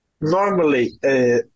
Normally